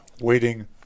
waiting